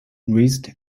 raised